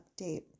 update